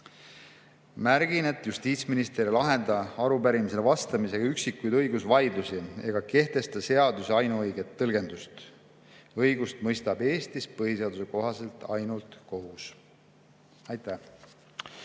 Märgin, et justiitsminister ei lahenda arupärimisele vastamisega üksikuid õigusvaidlusi ega kehtesta seaduse ainuõiget tõlgendust. Õigust mõistab Eestis põhiseaduse kohaselt ainult kohus. Aitäh!